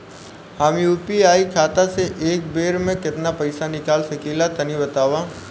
हम यू.पी.आई खाता से एक बेर म केतना पइसा निकाल सकिला तनि बतावा?